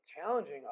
challenging